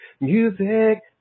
music